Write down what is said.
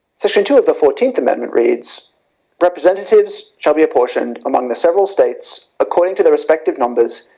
section two of the fourteenth amendment reads representatives shall be apportioned among the several states according to their respective numbers,